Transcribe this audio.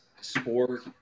sport